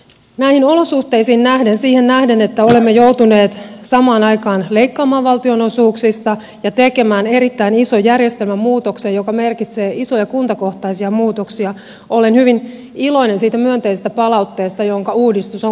näihin olosuhteisiin nähden siihen nähden että olemme joutuneet samaan aikaan leikkaamaan valtionosuuksista ja tekemään erittäin ison järjestelmän muutoksen joka merkitsee isoja kuntakohtaisia muutoksia olen hyvin iloinen siitä myönteisestä palautteesta jonka uudistus on kuitenkin saanut